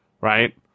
right